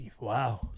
Wow